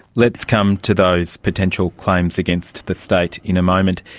let's come to those potential claims against the state in a moment.